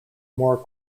more